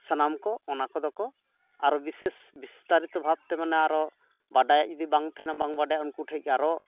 ᱥᱟᱱᱟᱢᱠᱚ ᱚᱱᱟ ᱠᱚᱫᱚ ᱠᱚ ᱟᱨᱚ ᱵᱤᱥᱮᱥ ᱵᱤᱥᱛᱟᱨᱤᱛᱚ ᱵᱷᱟᱵᱽᱛᱮ ᱢᱟᱱᱮ ᱟᱨᱚ ᱵᱟᱰᱟᱭ ᱤᱫᱤ ᱵᱟᱝ ᱛᱟᱦᱮᱱᱟ ᱵᱟᱝ ᱵᱟᱰᱟᱭ ᱩᱱᱠᱩ ᱴᱷᱮᱱ ᱟᱨᱚ